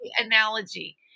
analogy